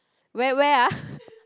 where where ah